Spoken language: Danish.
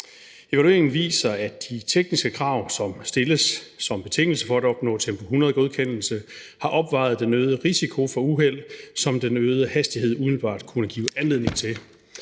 Evalueringen viser, at de tekniske krav, som stilles som betingelse for at opnå Tempo 100-godkendelse, har opvejet den øgede risiko for uheld, som den øgede hastighed umiddelbart kunne give anledning til.